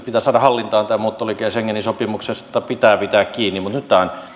pitää saada hallintaan tai muuttoliike ja schengenin sopimuksesta pitää pitää kiinni mutta nyt tämä ei